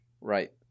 Right